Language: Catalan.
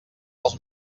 els